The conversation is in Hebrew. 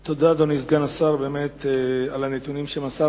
על העתודאים המתקבלים באוניברסיטאות